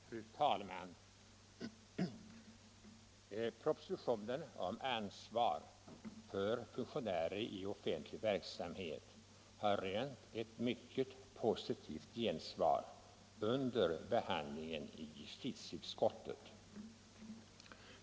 Fru talman! Propositionen om ansvar för funktionärer i offentlig verksamhet har rönt ett mycket positivt gensvar under behandlingen i justitieutskottet.